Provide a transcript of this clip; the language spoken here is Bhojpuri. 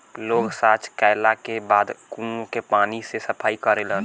लोग सॉच कैला के बाद कुओं के पानी से सफाई करेलन